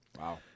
Wow